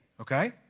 okay